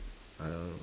uh